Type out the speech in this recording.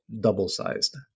double-sized